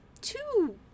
two